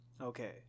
Okay